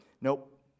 nope